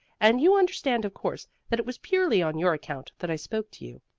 and you understand of course that it was purely on your account that i spoke to you.